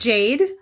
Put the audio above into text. Jade